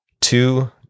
Two